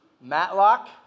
Matlock